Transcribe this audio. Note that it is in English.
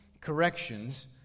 corrections